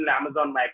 Amazon